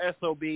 SOB